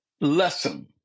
lesson